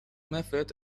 method